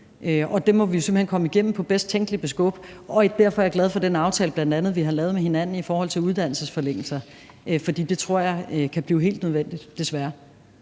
hen komme igennem på bedst tænkelige beskub, og derfor er jeg bl.a. glad for den aftale, vi har lavet med hinanden i forhold til uddannelsesforlængelser, for det tror jeg kan blive helt nødvendigt – desværre.